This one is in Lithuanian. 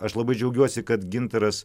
aš labai džiaugiuosi kad gintaras